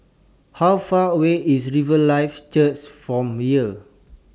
How Far away IS Riverlife Church from here